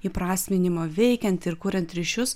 įprasminimo veikiant ir kuriant ryšius